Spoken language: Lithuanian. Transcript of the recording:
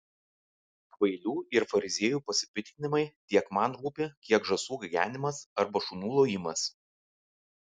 kvailių ir fariziejų pasipiktinimai tiek man rūpi kiek žąsų gagenimas arba šunų lojimas